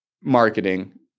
marketing